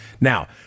Now